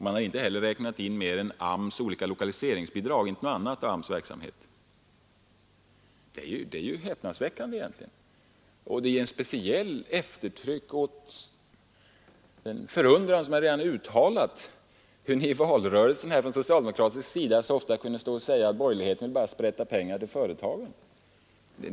Man hade bara räknat in AMS:s olika lokaliseringsbidrag, inte någon annan AMS-verksamhet. Detta är egentligen häpnadsväckande. Det ger ett speciellt eftertryck åt den förundran som jag redan har uttalat, hur man under valrörelsen från socialdemokratisk sida så ofta kunde säga att borgerligheten bara sprätter ut pengar till företagen.